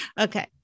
Okay